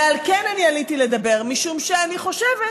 ועל כן, אני עליתי לדבר, משום שאני חושבת